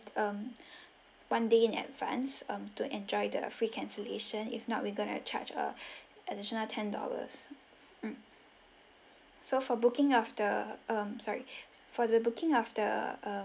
um one day in advance um to enjoy the free cancellation if not we gonna charge ah additional ten dollars mm so for booking after um sorry for the booking after uh